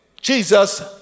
Jesus